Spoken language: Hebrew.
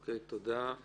תודה.